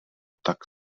tak